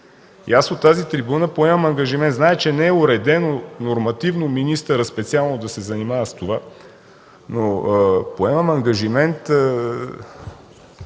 Аз от тази трибуна поемам ангажимент. Зная, че не е уредено нормативно министърът специално да се занимава с това, но поемам ангажимент